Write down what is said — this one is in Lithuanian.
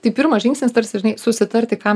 tai pirmas žingsnis tarsi žinai susitarti ką